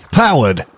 powered